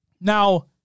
Now